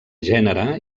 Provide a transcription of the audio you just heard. gènere